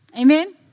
Amen